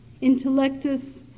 intellectus